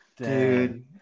Dude